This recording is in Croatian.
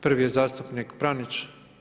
Prvi je zastupnik Pranić.